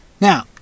Now